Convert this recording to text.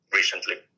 recently